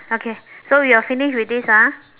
okay so you're finished with this ah